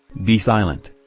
be silent.